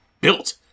built